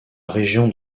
région